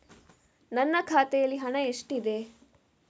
ನನ್ನ ಖಾತೆಯಲ್ಲಿ ಹಣ ಎಷ್ಟಿದೆ?